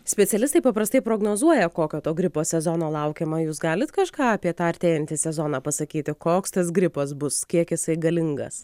specialistai paprastai prognozuoja kokio to gripo sezono laukiama jūs galit kažką apie tą artėjantį sezoną pasakyti koks tas gripas bus kiek jisai galingas